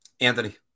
Anthony